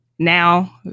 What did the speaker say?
now